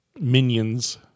minions